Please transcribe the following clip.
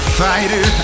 fighter